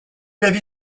l’avis